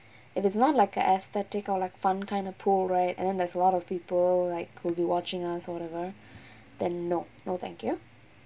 it is not like a aesthetic or like fun kind of pool right and then there's a lot of people like will be watching us or whatever then nope no thank you